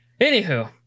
Anywho